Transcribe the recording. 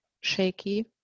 shaky